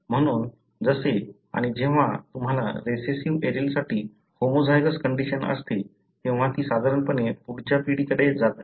म्हणून जसे आणि जेव्हा तुम्हाला रिसेसिव्ह एलीलसाठी होमोझायगोस कंडिशन असते तेव्हा ती साधारणपणे पुढच्या पिढीकडे जात नाही